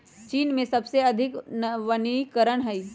चीन में सबसे अधिक वनीकरण हई